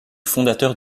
fondateur